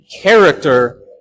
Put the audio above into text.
character